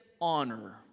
honor